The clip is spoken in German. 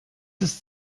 ist